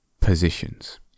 positions